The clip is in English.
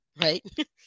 Right